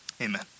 Amen